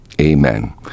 Amen